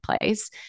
place